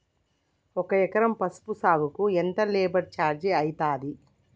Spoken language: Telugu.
ఒక ఎకరం పసుపు సాగుకు ఎంత లేబర్ ఛార్జ్ అయితది?